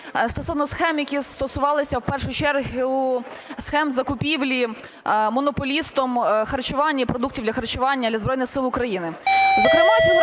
стосовно схем, які стосувалися в першу чергу схем закупівлі монополістом харчування і продуктів харчування для Збройних Сил України.